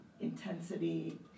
intensity